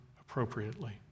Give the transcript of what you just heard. appropriately